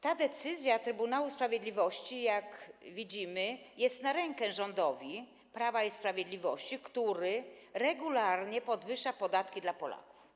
Ta decyzja Trybunału Sprawiedliwości, jak widzimy, jest na rękę rządowi Prawa i Sprawiedliwości, który regularnie podwyższa Polakom podatki.